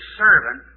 servant